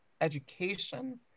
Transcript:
education